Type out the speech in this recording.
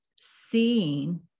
seeing